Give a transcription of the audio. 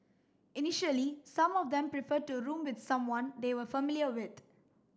initially some of them preferred to room with someone they were familiar with